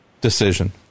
decision